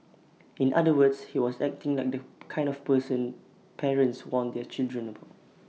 in other words he was acting like the kind of person parents warn their children about